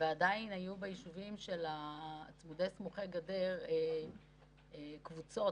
היו ביישובים צמודי גדר קבוצות.